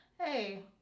Hey